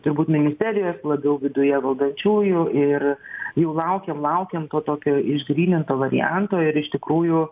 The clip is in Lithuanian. turbūt ministerijos labiau viduje valdančiųjų ir jau laukėm laukėm to tokio išgryninto varianto ir iš tikrųjų